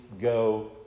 go